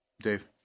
Dave